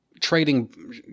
trading